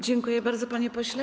Dziękuję bardzo, panie pośle.